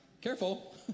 Careful